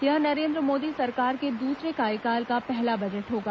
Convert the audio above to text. यह नरेन्द्र मोदी सरकार के दूसरे कार्यकाल का पहला बजट होगा